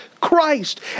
Christ